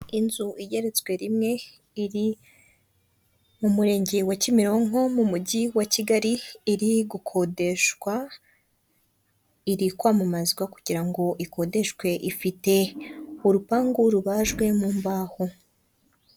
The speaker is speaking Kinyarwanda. Inzu igeretswe rimwe, iri mu murenge wa kimironko mu mujyi wa kigali iri gukodeshwa, iri kwamamazwa kugira ngo ikodeshwe, ifite urupangu rubajwe mu mbaho.